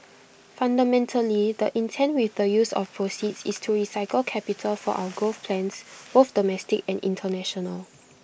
fundamentally the intent with the use of proceeds is to recycle capital for our growth plans both domestic and International